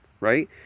right